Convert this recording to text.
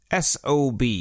SOB